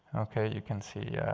you can see, yeah